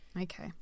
okay